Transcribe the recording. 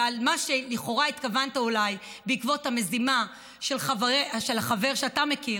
ועל מה שלכאורה התכוונת אולי בעקבות המזימה של החבר שאתה מכיר,